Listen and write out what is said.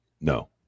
No